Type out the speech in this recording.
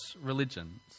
religions